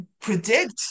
predict